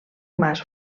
mas